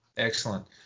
Excellent